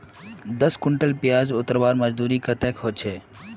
दस कुंटल प्याज उतरवार मजदूरी कतेक होचए?